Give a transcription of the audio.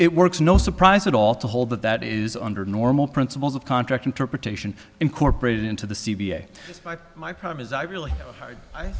it works no surprise at all to hold that that is under normal principles of contract interpretation incorporated into the c v a my problem is i really